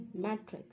Matrix